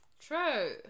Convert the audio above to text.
True